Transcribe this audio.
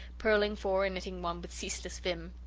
purling four and knitting one with ceaseless vim.